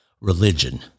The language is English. religion